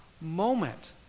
moment